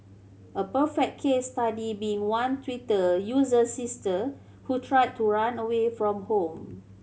a perfect case study being one Twitter user's sister who tried to run away from home